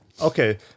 Okay